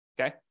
Okay